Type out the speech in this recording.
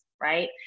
right